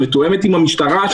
שמתואמת עם המשטרה,